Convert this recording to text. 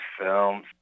films